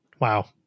Wow